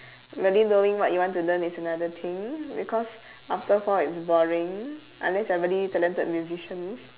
really knowing what you want to learn is another thing because after a while it's boring unless you are really talented musician